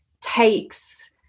takes